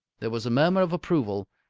there was a murmur of approval.